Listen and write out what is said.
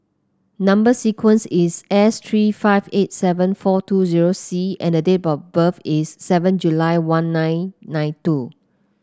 number sequence is S three five eight seven four two zero C and the date of birth is seven July one nine nine two